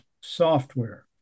software